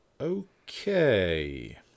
Okay